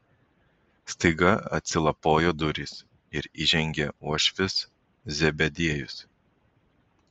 staiga atsilapojo durys ir įžengė uošvis zebediejus